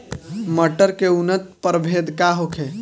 मटर के उन्नत प्रभेद का होखे?